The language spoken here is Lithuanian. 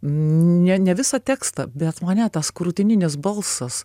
ne ne visą tekstą bet mane tas krūtininis balsas